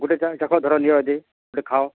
ଗୁଟେ ଚାଖ ଧର ନିଅ ଇଦି ଗୁଟେ ଖାଅ